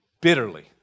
bitterly